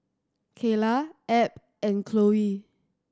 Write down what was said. Keyla Abb and Chloe